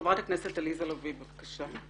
תודה רבה, חברת הכנסת עליזה לביא, בבקשה.